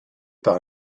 par